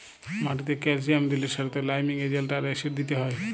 মাটিতে ক্যালসিয়াম দিলে সেটতে লাইমিং এজেল্ট আর অ্যাসিড দিতে হ্যয়